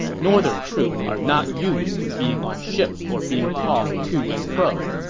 northern troops are not used to being on ships or being tossed to and fro,